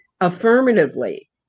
affirmatively